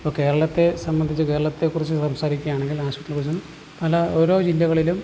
ഇപ്പോൾ കേരളത്തെ സംബന്ധിച്ച് കേരളത്തെ കുറിച്ച് സംസാരിക്കുകയാണെങ്കിൽ ആശുപത്രി പല ഓരോ ജില്ലകളിലും